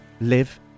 live